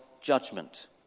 judgment